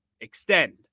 extend